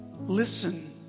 Listen